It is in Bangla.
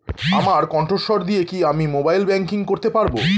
আমার কন্ঠস্বর দিয়ে কি আমি মোবাইলে ব্যাংকিং করতে পারবো?